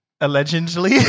Allegedly